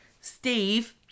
Steve